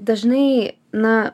dažnai na